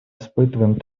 испытываем